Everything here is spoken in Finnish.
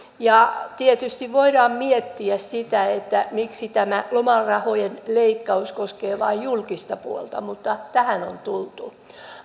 tietysti voidaan miettiä sitä miksi tämä lomarahojen leikkaus koskee vain julkista puolta mutta tähän on tultu